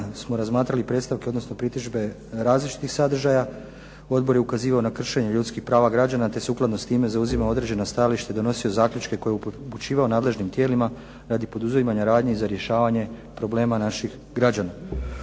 smo razmatrali predstavke, odnosno pritužbe različitih sadržaja. Odbor je ukazivao na kršenje ljudskih prava građana, te sukladno s time zauzimao određena stajališta i donosio zaključke koje je upućivao nadležnim tijelima radi poduzimanja radnji za rješavanje problema naših građana.